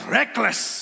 reckless